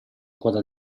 quota